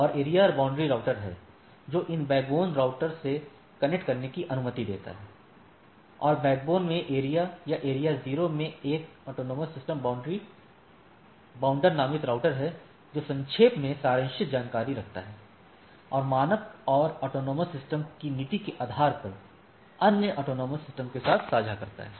और area boundary router हैं जो इन बैकबोन राउटर से कनेक्ट करने की अनुमति देता है और बैकटोन में एरिया या एरिया 0 में एक एएस बाउंड्री बाउंडर नामित राउटर है जो संक्षेप में सारांशित जानकारी रखता है और मानक और स्वायत्त प्रणाली की नीति के आधार पर अन्य स्वायत्त प्रणालियों के साथ साझा करता है